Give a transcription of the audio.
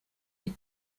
die